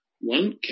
one